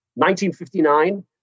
1959